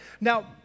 Now